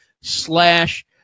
slash